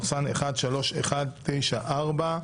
(פ/3194/24).